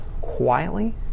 quietly